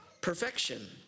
perfection